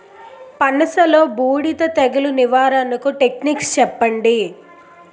పనస లో బూడిద తెగులు నివారణకు టెక్నిక్స్ చెప్పండి?